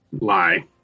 lie